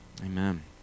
Amen